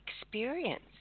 experience